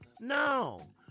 no